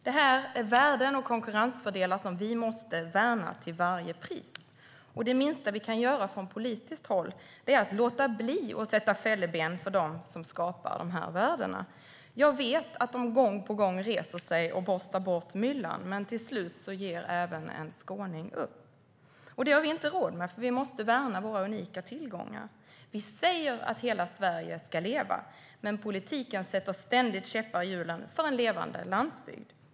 Det här är värden och konkurrensfördelar som vi måste värna till varje pris. Det minsta vi kan göra från politiskt håll är att låta bli att sätta fälleben för dem som skapar värdena. Jag vet att de gång på gång reser sig och borstar bort myllan, men till slut ger även en skåning upp. Det har vi inte råd med eftersom vi måste värna våra unika tillgångar. Vi säger att hela Sverige ska leva, men politiken sätter ständigt käppar i hjulen för en levande landsbygd.